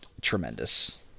tremendous